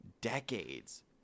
Decades